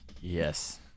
Yes